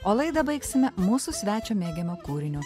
o laidą baigsime mūsų svečio mėgiama kūriniu